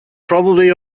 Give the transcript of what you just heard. probably